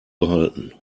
behalten